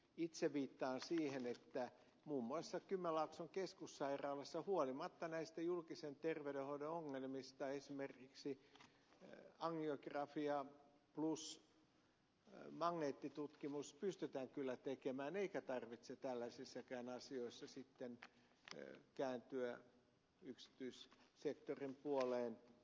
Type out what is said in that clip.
itse viittaan siihen että muun muassa kymenlaakson keskussairaalassa huolimatta näistä julkisen terveydenhoidon ongelmista esimerkiksi angiografia plus magneettitutkimus pystytään kyllä tekemään eikä tarvitse tällaisissakaan asioissa sitten kääntyä yksityissektorin puoleen